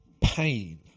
pain